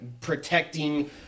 protecting